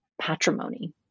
patrimony